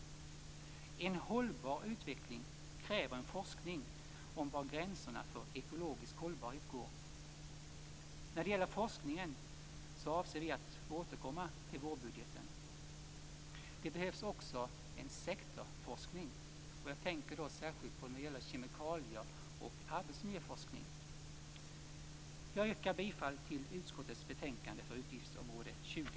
En hållbar utveckling kräver en forskning om var gränserna för ekologisk hållbarhet går. När det gäller forskningen avser vi att återkomma till vårbudgeten. Det behövs också en sektorforskning, och jag tänker då särskilt på kemikalier och arbetsmiljöforskning. Jag yrkar bifall till hemställan i utskottets betänkande för utgiftsområde 20.